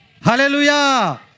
Hallelujah